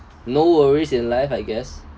no worries in life I guess